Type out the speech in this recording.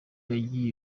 yagira